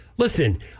Listen